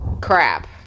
crap